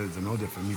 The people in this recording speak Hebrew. זה מאוד יפה.